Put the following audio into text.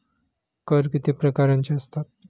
कर किती प्रकारांचे असतात?